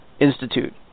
Institute